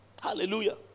Hallelujah